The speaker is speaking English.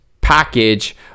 package